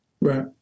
Right